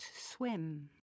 Swim